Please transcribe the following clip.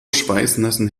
schweißnassen